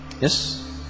Yes